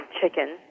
chicken